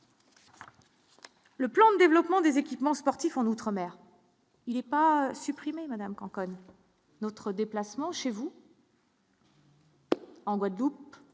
Le plan, développement des équipements sportifs en outre-mer. Il est pas supprimé Madame quand connaît. Notre déplacement chez vous. En Guadeloupe,